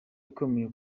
ikomeye